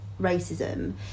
racism